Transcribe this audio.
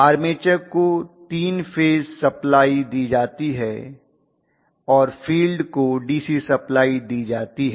armature को 3 phase supply दी जाती है और फ़ील्ड को डीसी सप्लाई दी जाती है